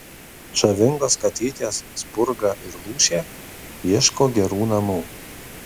žavingos katytės spurga ir lūšė ieško gerų namų